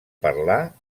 parlar